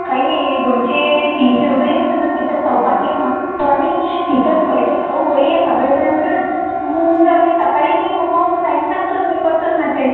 काही नाही दोनशे तीनशे रुपये घेऊन येजो तिथं चौपाटी आहे मस्त वाली तिथेच काहीतरी खाऊ बढियाँ सगळे जण मिळून आणि सकाळी निघू पाहू टाइम सांगतोच मी करतोच मॅसेज